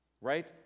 right